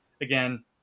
Again